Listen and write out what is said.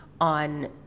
on